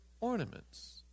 ornaments